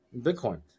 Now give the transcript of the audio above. bitcoin